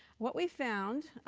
what we've found,